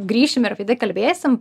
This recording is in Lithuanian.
grįšim ir apie tai kalbėsim